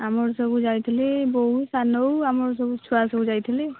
ଆମର ସବୁ ଯାଇଥିଲେ ବୋଉ ସାନ ବୋଉ ଆମର ସବୁ ଛୁଆ ସବୁ ଯାଇଥିଲେ